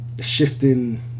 shifting